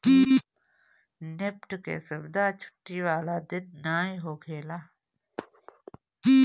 NEFT के सुविधा छुट्टी वाला दिन नाइ होखेला